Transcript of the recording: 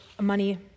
money